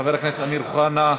חבר הכנסת אמיר אוחנה,